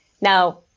Now